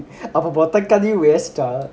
அப்பமொத்தகழியும்:appa mottha kaliyum waste ah